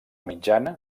mitjana